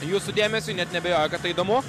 jūsų dėmesiui net neabejoju kad tai įdomu